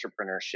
entrepreneurship